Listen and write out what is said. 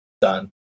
Done